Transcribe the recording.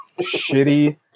shitty